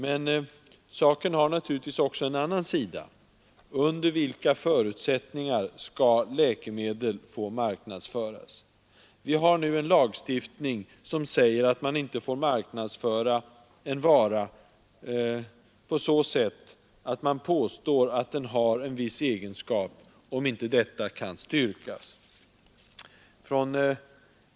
Men saken har också en annan sida: Under vilka förutsättningar skall läkemedel få marknadsföras? Vi har nu en lagstiftning som säger att man inte får marknadsföra en vara genom att påstå att den har en viss egenskap, om inte detta kan styrkas.